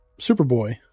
Superboy